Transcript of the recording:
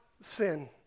sin